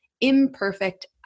imperfect